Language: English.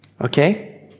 Okay